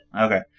Okay